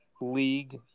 league